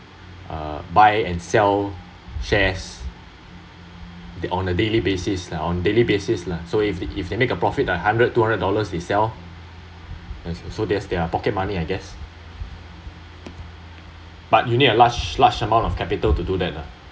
uh buy and sell shares on the daily basis on daily basis lah so if if they make a profit hundred two hundred dollars they sell so that’s their pocket money I guess but you need a large large amount of capital to do that lah